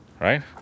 Right